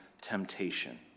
temptation